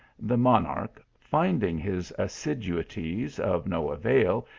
the monarch finding his assiduities of no avail,